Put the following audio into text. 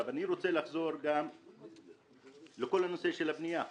אני רוצה לחזור לכל הנושא של הבנייה,